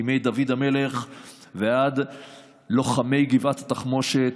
מימי דוד המלך ועד לוחמי גבעת התחמושת,